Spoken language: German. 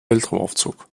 weltraumaufzug